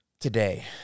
Today